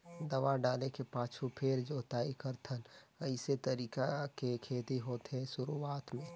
दवा डाले के पाछू फेर जोताई करथन अइसे तरीका के खेती होथे शुरूआत में